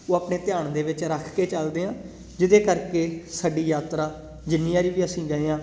ਉਹ ਆਪਣੇ ਧਿਆਨ ਦੇ ਵਿੱਚ ਰੱਖ ਕੇ ਚੱਲਦੇ ਹਾਂ ਜਿਹਦੇ ਕਰਕੇ ਸਾਡੀ ਯਾਤਰਾ ਜਿੰਨੀ ਵਾਰੀ ਵੀ ਅਸੀਂ ਗਏ ਹਾਂ